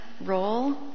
role